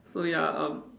so ya um